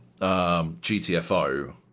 GTFO